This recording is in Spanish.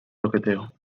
toqueteo